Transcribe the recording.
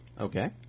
Okay